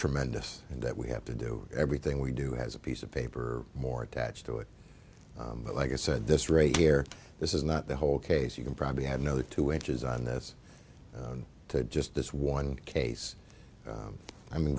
tremendous and that we have to do everything we do has a piece of paper more attached to it but like i said this rate here this is not the whole case you can probably have no two inches on this just this one case i mean